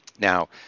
Now